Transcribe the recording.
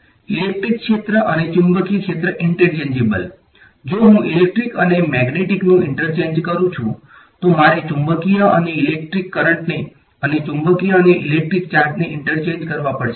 metric electric ક્ષેત્ર અને ચુંબકીય ક્ષેત્ર ઈંટરચેન્જેબલ જો હું ઇલેક્ટ્રિક અને મેગ્નેટિકનું ઈંટરચેંજ કરું છું તો મારે ચુંબકીય અને ઇલેક્ટ્રિક કરંટને અને ચુંબકીય અને ઇલેક્ટ્રિક ચાર્જને ઈંટરચેંજ કરવા પડશે